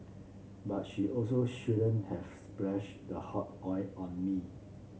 but she also shouldn't have splashed the hot oil on me